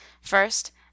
First